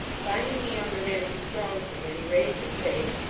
finding the younger man too strong for him, he raised his face,